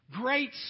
Great